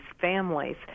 families